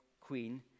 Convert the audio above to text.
queen